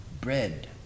bread